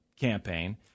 campaign